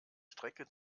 strecke